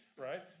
right